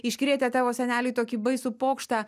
iškrėtę tavo seneliui tokį baisų pokštą